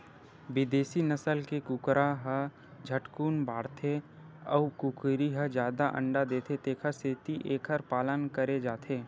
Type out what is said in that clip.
बिदेसी नसल के कुकरा ह झटकुन बाड़थे अउ कुकरी ह जादा अंडा देथे तेखर सेती एखर पालन करे जाथे